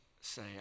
say